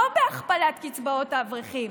לא בהכפלת קצבאות האברכים,